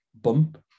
bump